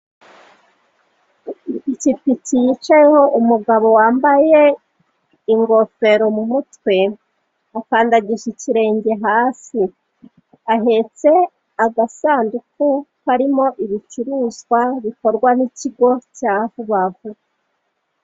Ipikipiki yicayeho umugabo wambaye ingofero mu mutwe, akandagije ikirenge hasi; ahetse agasunduku karimo ibicuruzwa bikorwa n'ikigo cya vuba vuba.